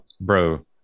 Bro